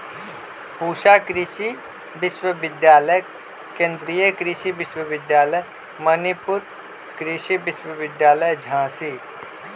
पूसा कृषि विश्वविद्यालय, केन्द्रीय कृषि विश्वविद्यालय मणिपुर, कृषि विश्वविद्यालय झांसी